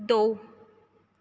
ਦੋ